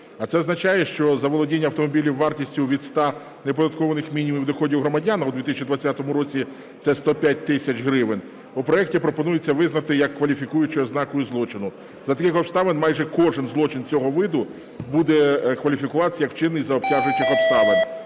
А це означає, що заволодіння автомобілем вартістю від 100 неоподатковуваних мінімумів доходів громадян, а у 2020 році це 105 тисяч гривень, у проекті пропонується визнати як кваліфікуючу ознаку злочину. За таких обставин майже кожен злочин цього виду буде кваліфікуватися як вчинений за обтяжуючих обставин.